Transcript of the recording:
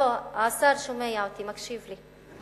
השר שומע אותי, מקשיב לי.